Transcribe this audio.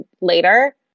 later